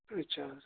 اچھا